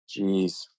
Jeez